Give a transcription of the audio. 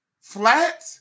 Flat